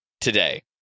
today